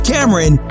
Cameron